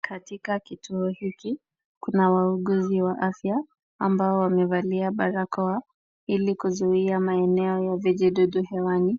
Katika kituo hiki kuna wauguzi wa afya, ambao wamevalia barakoa, ili kuzuia maeneo ja vijidudu hewani.